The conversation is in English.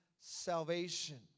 salvation